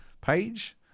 page